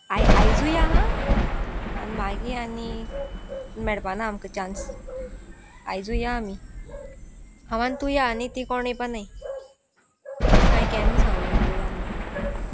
I आयजूय या हां आनी मागीर आनी मेळपाना आमकां चान्स आयजू या आमी हांव आनी तूं या आनी ती कोण येवपा नाय तुका हांव केन्ना सांगलो मुगो या म्हणून